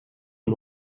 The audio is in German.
und